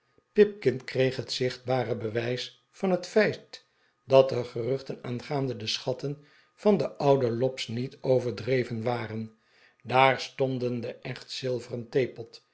pipkin kreeg het zichtbare bewijs van het feit dat de geruchten aangaande de schatten van den ouden lobbs niet overdreven waren daar stonden'de echt zilveren theepot